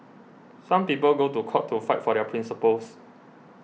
some people go to court to fight for their principles